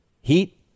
heat